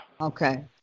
Okay